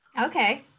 Okay